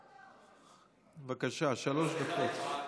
בבקשה, שלוש דקות.